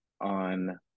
on